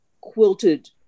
quilted